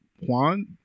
Juan